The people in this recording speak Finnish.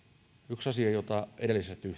yksi asia jota edellisessä